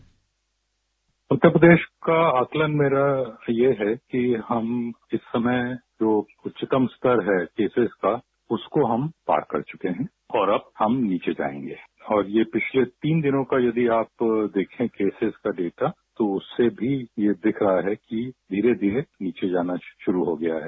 bite Uttar Pradesh का आंकलन मेरा ये है कि हम इस समय जो उच्चतम स्तर है केसिज का उसको हम पार कर चुके हैं और अब हम नीचे जाएंगे और ये पिछले तीन दिनो का यदि आप देखें केसिज का डेटा तो उससे भी ये दिख रहा है कि धीरे धीरे नीचे जाना शुरू हो गया है